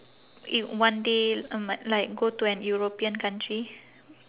i~ one day uh like like go to an european country